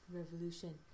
revolution